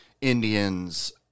Indians